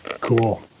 Cool